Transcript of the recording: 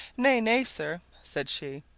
nay, nay, sir! said she.